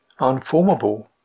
unformable